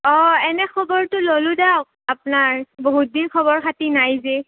অঁ এনে খবৰটো ললো দিয়ক আপোনাৰ বহুত দিন খবৰ খাতি নাই যে